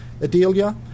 Adelia